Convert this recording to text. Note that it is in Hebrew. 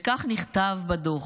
וכך נכתב בדוח: